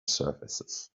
surfaces